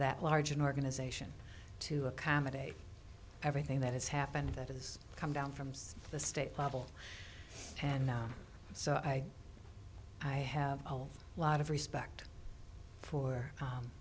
that large an organization to accommodate everything that has happened that has come down from the state level and so i i have a lot of respect for